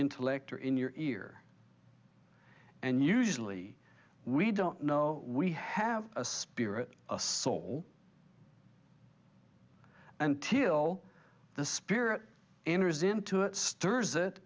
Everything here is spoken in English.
intellect or in your ear and usually we don't know we have a spirit a soul until the spirit enters into it stirs it